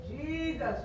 Jesus